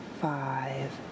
Five